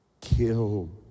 kill